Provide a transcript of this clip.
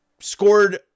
scored